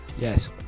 Yes